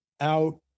Out